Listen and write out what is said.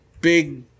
big